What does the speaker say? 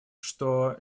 что